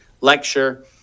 lecture